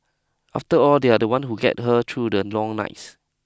after all they are the ones who get her through the long nights